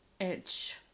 edge